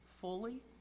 fully